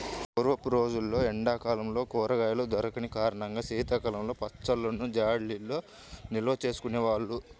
పూర్వపు రోజుల్లో ఎండా కాలంలో కూరగాయలు దొరికని కారణంగా శీతాకాలంలో పచ్చళ్ళను జాడీల్లో నిల్వచేసుకునే వాళ్ళు